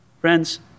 Friends